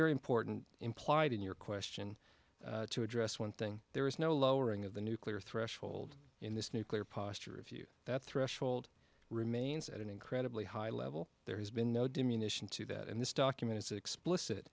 very important implied in your question to address one thing there is no lowering of the nuclear threshold in this nuclear posture review that threshold remains at an incredibly high level there has been no diminishing to that in this document is explicit